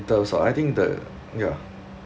in terms of I think the ya